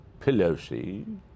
Pelosi